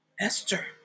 Esther